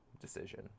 decision